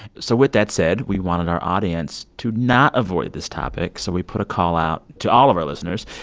so with that said, we wanted our audience to not avoid this topic. so we put a call out to all of our listeners.